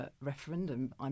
referendum